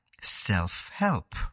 self-help